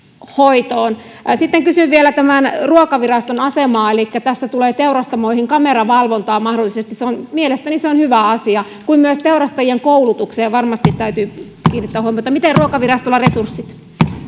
hoitoon kysyn vielä ruokaviraston asemaa elikkä tässä tulee teurastamoihin kameravalvontaa mahdollisesti mielestäni se on hyvä asia ja myös teurastajien koulutukseen varmasti täytyy kiinnittää huomiota miten ovat ruokaviraston resurssit